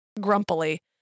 grumpily